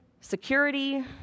security